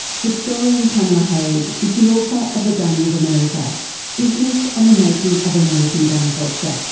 historian pamela haag is the author of the gunning of america business and the making of american gun culture.